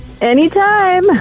Anytime